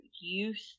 youth